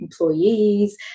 employees